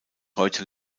heute